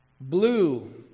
Blue